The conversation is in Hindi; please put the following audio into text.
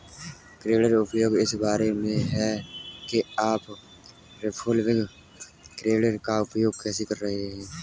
क्रेडिट उपयोग इस बारे में है कि आप रिवॉल्विंग क्रेडिट का उपयोग कैसे कर रहे हैं